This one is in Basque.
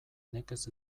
nekez